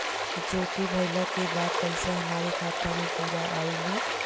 Maturity भईला के बाद पईसा हमरे खाता म पूरा आई न?